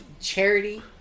charity